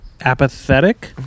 Apathetic